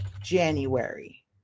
January